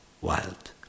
wild